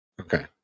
Okay